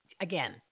again